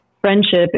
friendship